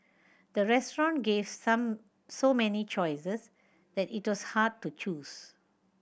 the restaurant gave some so many choices that it was hard to choose